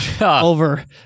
over